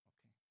Okay